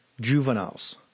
juveniles